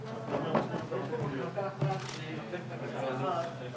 גם כמובן העלאת המודעות ולהגדיל את גיל הבדיקות סקר,